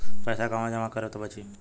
पैसा कहवा जमा करब त बची?